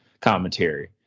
commentary